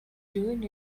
doing